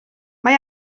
mae